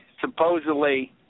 supposedly